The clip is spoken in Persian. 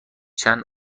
چند